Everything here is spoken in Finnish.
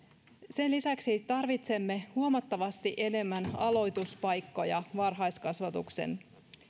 sen lisäksi tarvitsemme huomattavasti enemmän aloituspaikkoja varhaiskasvatuksen